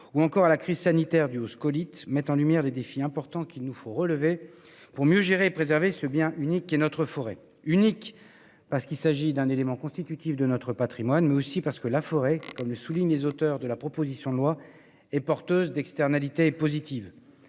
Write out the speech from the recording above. ou encore à la crise sanitaire due aux scolytes, mettent en lumière les défis importants qu'il nous faut relever pour mieux gérer et préserver ce bien unique qu'est notre forêt. Unique, parce qu'il s'agit non seulement d'un élément constitutif de notre patrimoine, mais aussi parce que la forêt, comme le soulignent les auteurs de la proposition de loi, est porteuse d'externalités positives.